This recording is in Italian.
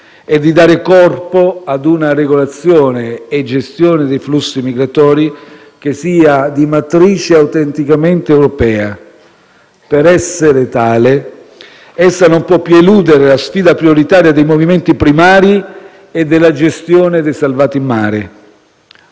e di dare corpo ad una regolazione e gestione dei flussi migratori che sia di matrice autenticamente europea. Per essere tale, essa non può più eludere la sfida prioritaria dei movimenti primari e della gestione dei salvati in mare.